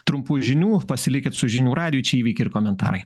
trumpų žinių pasilikit su žinių radiju čia įvykį ir komentarai